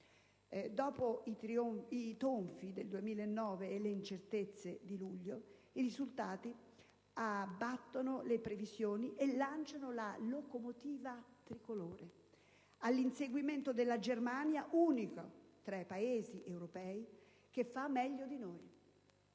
Dopo i tonfi del 2009 e le incertezze di luglio, i risultati abbattono le previsioni e lanciano la locomotiva tricolore all'inseguimento della Germania, unico tra i Paesi europei che fa meglio di noi